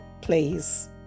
please